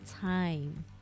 time